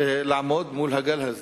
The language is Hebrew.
לעמוד מול הגל הזה.